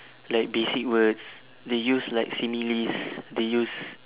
like basic words they use like similes they use